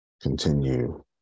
Continue